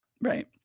Right